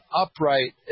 upright